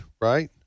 right